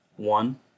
One